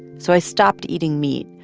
so i stopped eating meat,